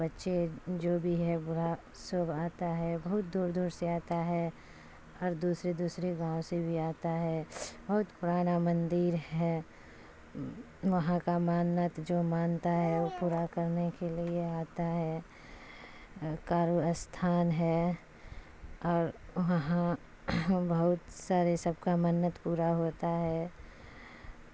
بچے جو بھی ہے بوڑھا سب آتا ہے بہت دور دور سے آتا ہے اور دوسرے دوسرے گاؤں سے بھی آتا ہے بہت پرانا مندر ہے وہاں کا منت جو مانتا ہے وہ پورا کرنے کے لیے آتا ہے کارو اسھان ہے اور وہاں بہت سارے سب کا منت پورا ہوتا ہے